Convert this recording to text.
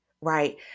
right